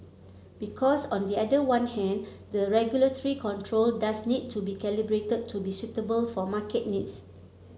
because on the other one hand the regulatory control does need to be calibrated to be suitable for market needs